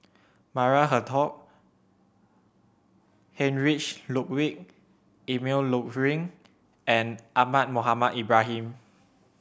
Maria Hertogh Heinrich Ludwig Emil Luering and Ahmad Mohamed Ibrahim